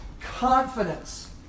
confidence